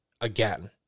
again